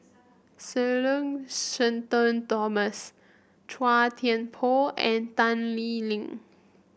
Sir learn Shenton Thomas Chua Thian Poh and Tan Lee Leng